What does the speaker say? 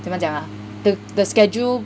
怎么样讲 ah the the schedule